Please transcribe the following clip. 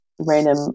random